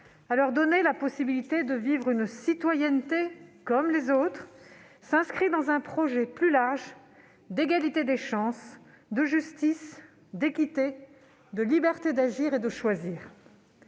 à leur donner la possibilité de vivre une citoyenneté comme les autres, s'inscrit dans un projet plus large d'égalité des chances, de justice, d'équité, de liberté d'agir et de choisir.